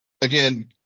Again